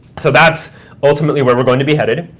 so that's ultimately where we're going to be headed.